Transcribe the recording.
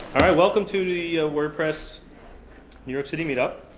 welcome to the ah wordpress new york city meetup!